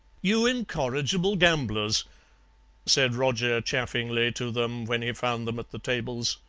you incorrigible gamblers said roger chaffingly to them, when he found them at the tables.